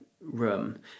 room